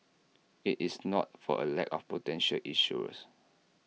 IT is not for A lack of potential issuers